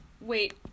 Wait